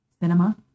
cinema